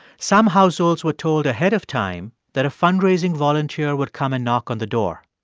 some households were told ahead of time that a fundraising volunteer would come and knock on the door.